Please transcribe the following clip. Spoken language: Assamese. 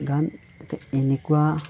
গান এনেকুৱা